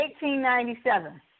1897